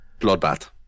Bloodbath